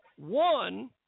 One